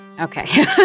Okay